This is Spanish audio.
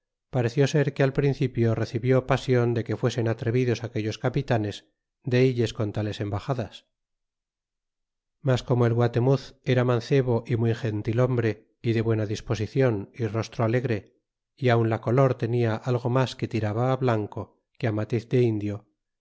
pareció ser que al principio recibió pasion de que fuesen atrevidos aquellos capitanes de illes con tales embaxadas mas como el guatemuz era mancebo y muy gentil-hombre y de buena disposicion y rostro alegre y aun la color tenia algo mas que tiraba blanco que á matiz de